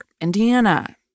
Indiana